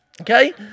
Okay